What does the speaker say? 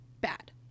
Bad